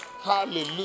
Hallelujah